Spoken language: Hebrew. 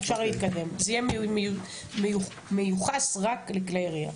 זה יהיה מיוחס רק לכלי הירייה.